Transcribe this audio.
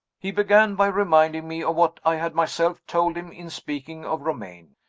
he began by reminding me of what i had myself told him in speaking of romayne.